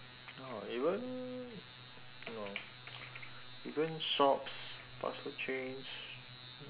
oh even oh even shops fast food chains